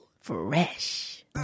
fresh